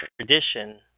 tradition